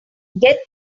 get